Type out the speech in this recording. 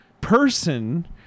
person